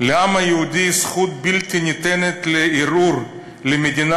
"לעם היהודי זכות בלתי ניתנת לערעור למדינה